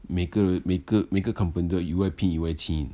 每个 re~ 每个每个 company 都要